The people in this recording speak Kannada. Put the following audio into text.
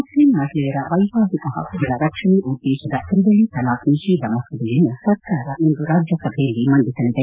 ಮುಖ್ಲಿಮ್ ಮಹಿಳೆಯರ ವೈವಾಹಿಕ ಹಕ್ಕುಗಳ ರಕ್ಷಣೆ ಉದ್ದೇಶದ ತ್ರಿವಳಿ ತಲಾಖ್ ನಿಷೇಧ ಮಸೂದೆಯನ್ನು ಸರ್ಕಾರ ಇಂದು ರಾಜ್ಲಸಭೆಯಲ್ಲಿ ಮಂಡಿಸಲಿದೆ